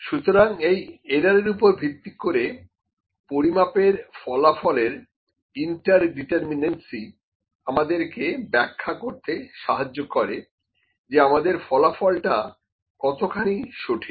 সুতরাং এই এররের ওপর ভিত্তি করে পরিমাপের ফলাফলের ইন্টারডিটারমিনেনসি আমাদেরকে ব্যাখ্যা করতে সাহায্য করে যে আমাদের ফলাফলটা কতখানি সঠিক